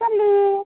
चल्लू